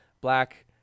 black